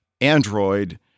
Android